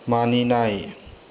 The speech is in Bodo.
मानिनाय